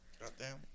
Goddamn